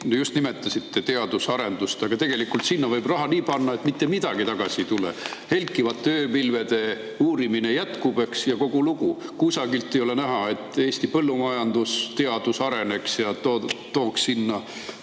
Just nimetasite teadus‑ ja arendustegevust, aga tegelikult võib sinna raha ka nii panna, et mitte midagi tagasi ei tule. Helkivate ööpilvede uurimine jätkub ja kogu lugu. Kusagilt ei ole näha, et Eesti põllumajandusteadus areneks ja tooks